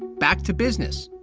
back to business